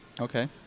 Okay